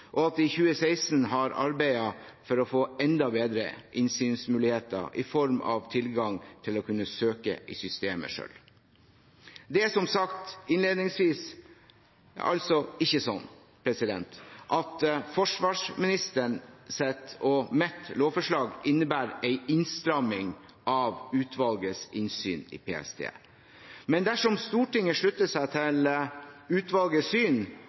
at de i 2016 har arbeidet for å få enda bedre innsynsmuligheter, i form av tilgang til å kunne søke i systemet selv. Det er, som sagt innledningsvis, altså ikke sånn at forsvarsministeren og mitt lovforslag innebærer en innstramming av utvalgets innsyn i PST. Men dersom Stortinget slutter seg til utvalgets syn,